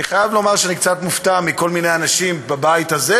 אני חייב לומר שאני קצת מופתע מכל מיני אנשים בבית הזה,